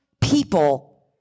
people